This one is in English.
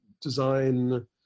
design